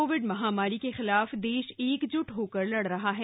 Covid महामारी के खिलाफ देश एकजुट होकर लड़ रहा है